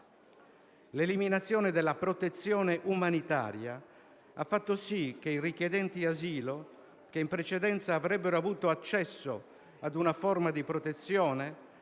L'eliminazione della protezione umanitaria ha fatto sì che i richiedenti asilo, che in precedenza avrebbero avuto accesso a una forma di protezione,